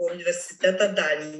universiteto dalin